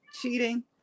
cheating